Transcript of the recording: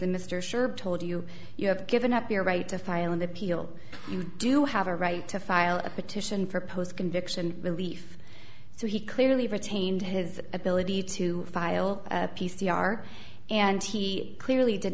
and mr sure told you you have given up your right to file an appeal you do have a right to file a petition for post conviction relief so he clearly retained his ability to file a p c r and he clearly